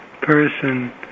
person